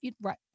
right